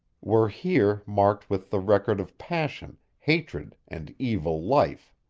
were here marked with the record of passion, hatred and evil life.